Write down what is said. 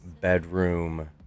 Bedroom